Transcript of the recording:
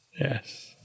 Yes